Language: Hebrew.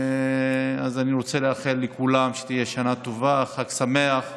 אז אני רוצה לאחל לכולם שתהיה שנה טובה וחג שמח לכולם.